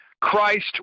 Christ